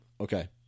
okay